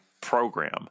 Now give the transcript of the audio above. program